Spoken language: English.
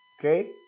Okay